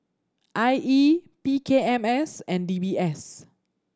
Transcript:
I E P K M S and D B S